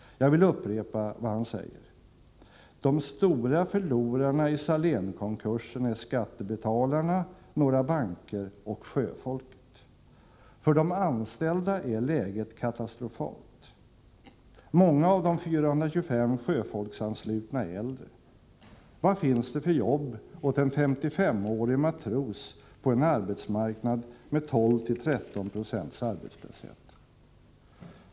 Jag vill upprepa vad han säger: ”De stora förlorarna i Salénkonkursen är skattebetalarna, några banker och sjöfolket. ——— För de anställda är läget katastrofalt. Många av de 425 sjöfolksanslutna är äldre. Vad finns det för jobb åt en 55-årig matros på en arbetsmarknad med 12-13 procents arbetslöshet?